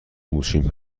موچین